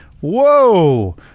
Whoa